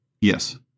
Yes